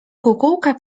kukułka